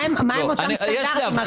מהם אותם סטנדרטים?